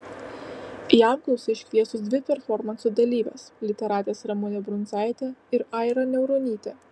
į apklausą iškviestos dvi performanso dalyvės literatės ramunė brunzaitė ir aira niauronytė